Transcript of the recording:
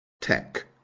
tech